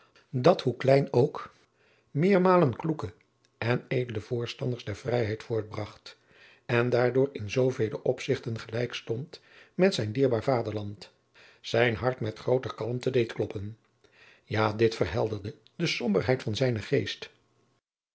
dat hoe klein ook meermalen kloeke en edele voorstanders der vrijheid voortbragt en daardoor in zoovele opzigten gelijk stond met zijn dierbaar vaderadriaan loosjes pzn het leven van maurits lijnslager land zijn hart met grooter kalmte deed kloppen ja dit verhelderde de somberheid van zijnen geest